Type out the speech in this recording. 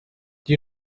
you